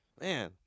Man